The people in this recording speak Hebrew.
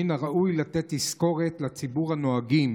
מן הראוי לתת תזכורת לציבור הנוהגים